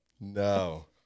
no